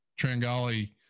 Trangali